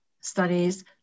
studies